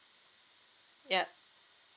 yup